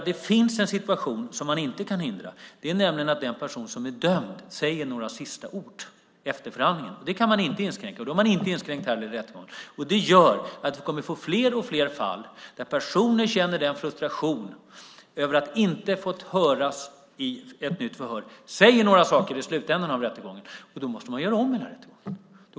Det finns en situation som man inte kan förhindra, nämligen att den person som är dömd säger några sista ord efter förhandlingen. Det kan man inte inskränka. Det gör att vi kommer att få fler och fler fall där personer som känner frustration över att inte ha fått höras i ett nytt förhör säger några saker i slutet av rättegången. Då måste man göra om hela rättegången.